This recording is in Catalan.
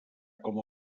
com